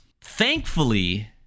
Thankfully